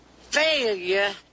failure